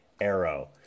Arrow –